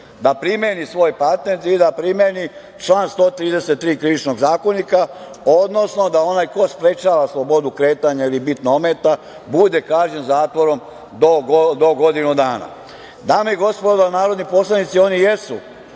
da primeni svoj patent i da primeni član 133. Krivičnog zakonika, odnosno da onaj ko sprečava slobodu kretanja ili bitno ometa bude kažnjen zatvorom do godinu dana. Dame i gospodo narodni poslanici, oni jesu